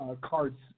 cards